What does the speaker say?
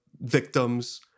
victims